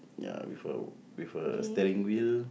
ya with a with a steering wheel